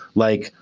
like,